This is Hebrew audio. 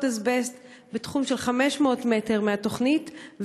אזבסט בתחום של 500 מטר מהתוכנית,